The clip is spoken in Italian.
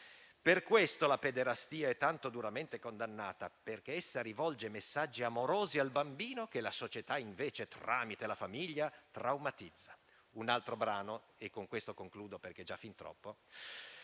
Per questo la pederastia è tanto duramente condannata: essa rivolge messaggi amorosi al bambino che la società invece, tramite la famiglia, traumatizza». Un altro brano e concludo, perché è già fin troppo: